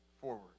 forward